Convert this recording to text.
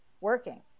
working